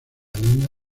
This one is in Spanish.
línea